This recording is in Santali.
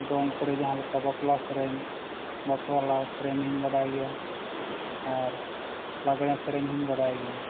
ᱫᱚᱝ ᱠᱚᱨᱮ ᱡᱟᱦᱟᱸ ᱞᱮᱠᱟ ᱵᱟᱯᱞᱟ ᱥᱮᱨᱮᱧ ᱵᱟᱯᱞᱟ ᱞᱟᱦᱟ ᱥᱮᱨᱮᱧ ᱦᱚᱧ ᱵᱟᱰᱟᱭ ᱜᱮᱭᱟ ᱟᱨ ᱞᱟᱜᱽᱬᱮ ᱥᱮᱨᱮᱧ ᱦᱚᱧ ᱵᱟᱰᱟᱭ ᱜᱮᱭᱟ